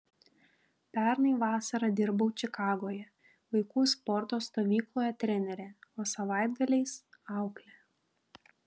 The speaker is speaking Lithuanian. pernai vasarą dirbau čikagoje vaikų sporto stovykloje trenere o savaitgaliais aukle